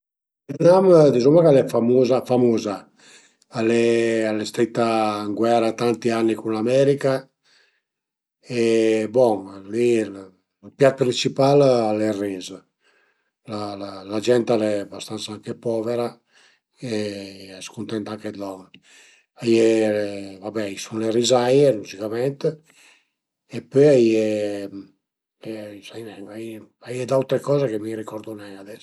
Si sicürament sicürament sun bun a nué, sun bun a nué bin, però truvese ën mes a 'na tempesta, sai nen, l'ai mai avü l'ucaziun, speru nen aveila, comuncue pensu pensu dë riese dë riese a salveme o nen truvé dë dificultà va